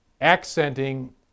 accenting